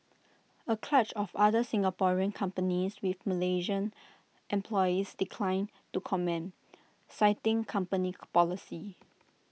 A clutch of other Singaporean companies with Malaysian employees declined to comment citing company policy